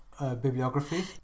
Bibliography